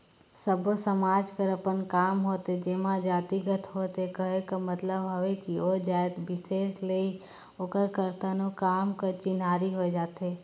सब्बो समाज कर अपन काम होथे जेनहा जातिगत होथे कहे कर मतलब हवे कि ओ जाएत बिसेस ले ही ओकर करतनो काम कर चिन्हारी होए जाथे